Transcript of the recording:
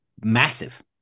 massive